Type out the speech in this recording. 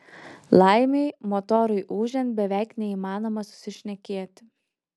laimei motorui ūžiant beveik neįmanoma susišnekėti